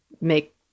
make